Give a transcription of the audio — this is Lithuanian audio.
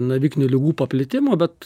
navikinių ligų paplitimo bet